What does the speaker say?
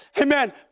amen